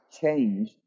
change